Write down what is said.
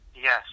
Yes